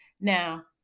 Now